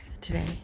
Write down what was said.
today